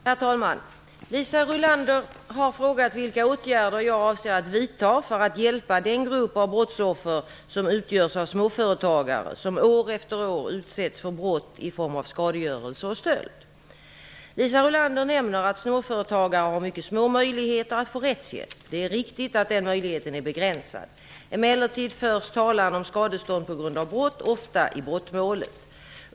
Herr talman! Liisa Rulander har frågat mig vilka åtgärder jag avser att vidta för att hjälpa den grupp av brottsoffer som utgörs av småföretagare som år efter år utsätts för brott i form av skadegörelse och stöld. Liisa Rulander nämner att småföretagare har mycket små möjligheter att få rättshjälp. Det är riktigt att den möjligheten är begränsad. Emellertid förs talan om skadestånd på grund av brott ofta i brottmålet.